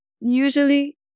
usually